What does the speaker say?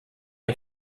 and